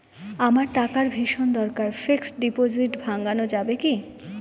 আমার টাকার ভীষণ দরকার ফিক্সট ডিপোজিট ভাঙ্গানো যাবে কি?